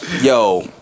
Yo